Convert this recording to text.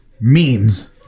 memes